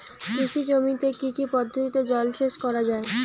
কৃষি জমিতে কি কি পদ্ধতিতে জলসেচ করা য়ায়?